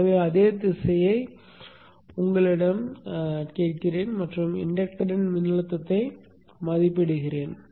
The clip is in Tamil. எனவே அதே திசையை உங்களிடம் கேட்கிறேன் மற்றும் இண்டக்டரின் மின்னழுத்தத்தை மதிப்பிடுகிறேன்